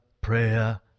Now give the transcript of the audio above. prayer